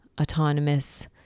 autonomous